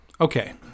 Okay